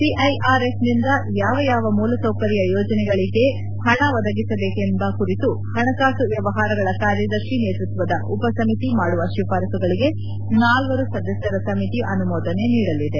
ಸಿಐಆರ್ಎಫ್ನಿಂದ ಯಾವ್ಯಾವ ಮೂಲಸೌಕರ್ಯ ಯೋಜನೆಗಳಿಗೆ ಹಣ ಒದಗಿಸಬೇಕೆಂಬ ಕುರಿತು ಹಣಕಾಸು ವ್ಯವಹಾರಗಳ ಕಾರ್ಯದರ್ಶಿ ನೇತೃತ್ವದ ಉಪ ಸಮಿತಿ ಮಾಡುವ ಶಿಫಾರಸುಗಳಿಗೆ ನಾಲ್ಲರು ಸದಸ್ನರ ಸಮಿತಿ ಅನುಮೋದನೆ ನೀಡಲಿದೆ